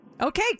Okay